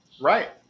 Right